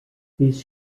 this